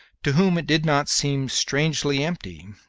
to whom it did not seem strangely empty,